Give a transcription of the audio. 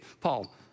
Paul